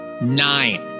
Nine